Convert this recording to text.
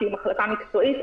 שהיא מחלקה מקצועית,